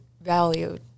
valued